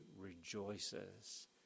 rejoices